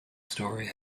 story